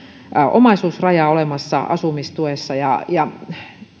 omaisuusrajaa olemassa asumistuessa ja ja